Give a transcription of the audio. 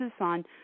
on